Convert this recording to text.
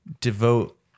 devote